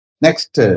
Next